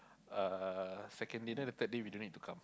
uh second day and then the third day we don't need to come